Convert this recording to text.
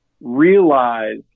realize